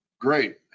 Great